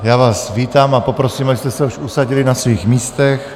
Já vás vítám a poprosím, abyste se už usadili na svých místech.